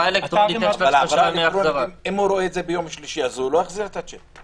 אם הוא רואה ביום שלישי אז הוא לא יחזיר את השיק.